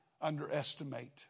underestimate